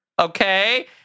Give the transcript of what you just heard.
okay